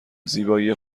زیبایی